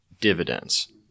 dividends